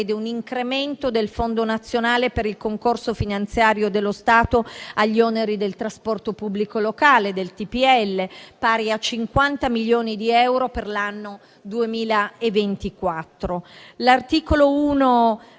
un incremento del Fondo nazionale per il concorso finanziario dello Stato agli oneri del trasporto pubblico locale (TPL), pari a 50 milioni di euro per l'anno 2024. L'articolo 1,